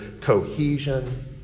cohesion